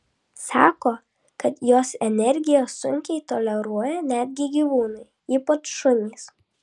sako kad jos energiją sunkiai toleruoja netgi gyvūnai ypač šunys